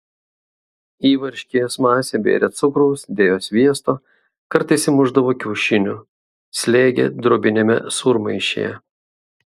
į varškės masę bėrė cukraus dėjo sviesto kartais įmušdavo kiaušinių slėgė drobiniame sūrmaišyje